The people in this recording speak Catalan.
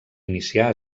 inicià